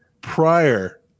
prior